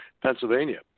Pennsylvania